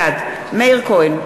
בעד מאיר כהן,